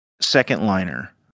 second-liner